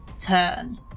turn